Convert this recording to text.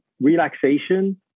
relaxation